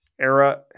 era